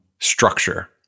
structure